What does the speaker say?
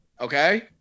okay